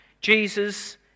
Jesus